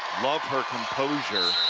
love her composure.